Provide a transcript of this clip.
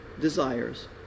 desires